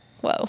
whoa